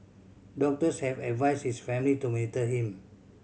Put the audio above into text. doctors have advised his family to monitor him